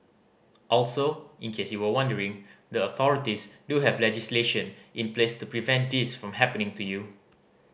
also in case you were wondering the authorities do have legislation in place to prevent this from happening to you